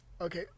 okay